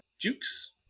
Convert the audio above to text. Jukes